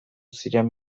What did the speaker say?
ziren